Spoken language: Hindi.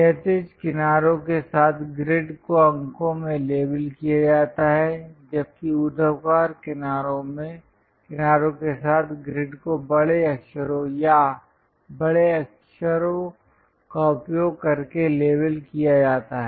क्षैतिज किनारों के साथ ग्रिड को अंकों में लेबल किया जाता है जबकि ऊर्ध्वाधर किनारों के साथ ग्रिड को बड़े अक्षरों या बड़े अक्षरों का उपयोग करके लेबल किया जाता है